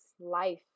life